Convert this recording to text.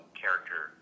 character